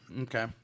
Okay